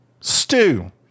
stew